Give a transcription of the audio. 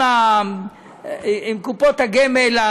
עם קופות הגמל,